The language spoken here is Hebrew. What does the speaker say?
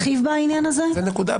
הזכויות.